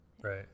Right